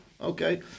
okay